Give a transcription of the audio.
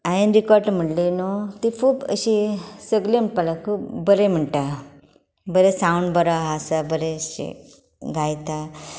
हांवें रिकोट म्हणली न्हय ती खूब अशी सगलीं म्हणपाक लागलीं तूं बरें म्हणटा बरें सावंड बरो आसा बरेंशें गायता